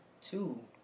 Two